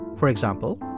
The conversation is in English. for example.